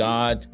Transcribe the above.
God